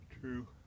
true